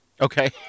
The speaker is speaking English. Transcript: Okay